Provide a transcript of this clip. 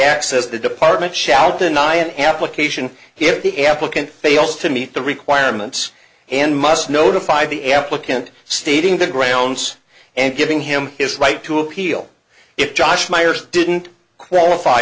access the department shall deny an application here the applicant fails to meet the requirements and must notify the applicant stating the grounds and giving him his right to appeal if josh myers didn't qualify